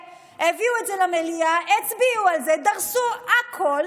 הביאו את זה למליאה, הצביעו על זה, דרסו הכול